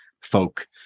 folk